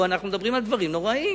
אנחנו מדברים על דברים נוראים.